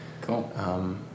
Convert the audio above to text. Cool